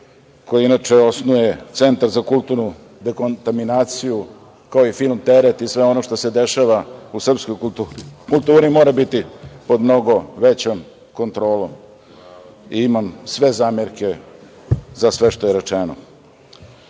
koji inače osnuje „Centar za kulturnu dekontaminaciju“, kao i film „Teret“ i sve ono što se dešava u srpskoj kulturi mora biti pod mnogo većom kontrolom. Imam sve zamerke za sve što je rečeno. Što